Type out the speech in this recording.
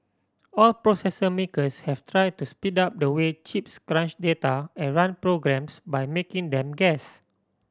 all processor makers have tried to speed up the way chips crunch data and run programs by making them guess